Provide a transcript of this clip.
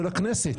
של הכנסת,